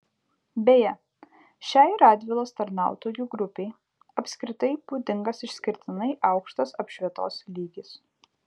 beje šiai radvilos tarnautojų grupei apskritai būdingas išskirtinai aukštas apšvietos lygis